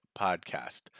podcast